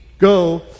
go